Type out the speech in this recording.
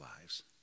lives